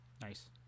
Nice